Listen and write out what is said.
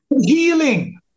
healing